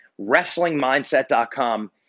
wrestlingmindset.com